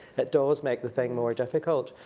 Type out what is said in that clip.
it does make the thing more difficult.